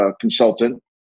consultant